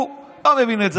הוא לא מבין את זה.